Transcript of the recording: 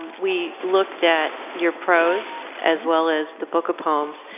we looked at your prose as well as the book of poems,